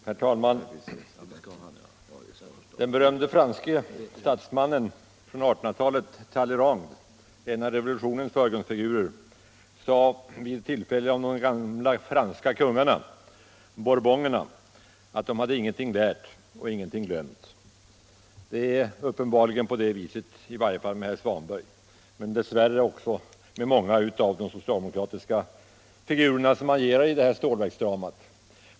Herr talman! Den berömde franske statsmannen från 1800-talet Talleyrand, en av franska revolutionens förgrundsfigurer, sade vid ett tillfälle om de gamla franska kungarna, bourbonerna, att de hade ingenting lärt och ingenting glömt. Det är uppenbarligen på det sättet också med herr Svanberg liksom tyvärr med många andra av de socialdemokratiska figurer som agerar i stålverksdramat.